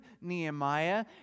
Nehemiah